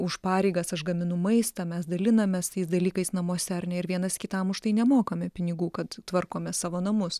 už pareigas aš gaminu maistą mes dalinamės tais dalykais namuose ar ne ir vienas kitam už tai nemokame pinigų kad tvarkome savo namus